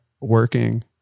working